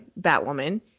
Batwoman